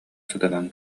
сытынан